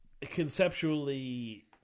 conceptually